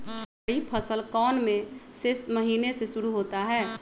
खरीफ फसल कौन में से महीने से शुरू होता है?